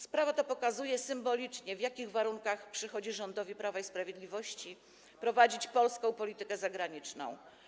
Sprawa ta pokazuje symbolicznie, w jakich warunkach przychodzi rządowi Prawa i Sprawiedliwości prowadzić polską politykę zagraniczną.